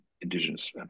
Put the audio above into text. Indigenous